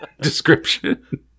description